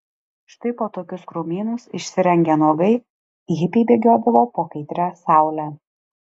štai po tokius krūmynus išsirengę nuogai hipiai bėgiodavo po kaitria saule